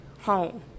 home